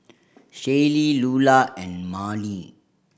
Shaylee Lular and Marni